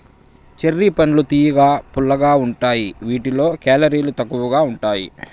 cherry పండ్లు తియ్యగా, పుల్లగా ఉంటాయి వీటిలో కేలరీలు తక్కువగా ఉంటాయి